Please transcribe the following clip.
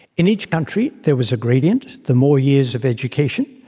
in each country there was a gradient, the more years of education,